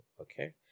Okay